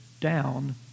down